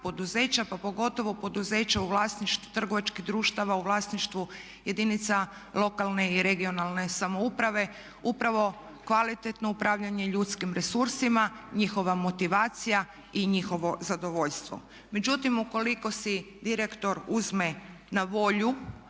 pa pogotovo poduzeća u vlasništvu trgovačkih društava, u vlasništvu jedinica lokalne i regionalne samouprave upravo kvalitetno upravljanje ljudskim resursima, njihova motivacija i njihovo zadovoljstvo. Međutim, ukoliko si direktor uzme na volju